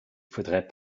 faudrait